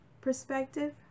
perspective